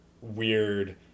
weird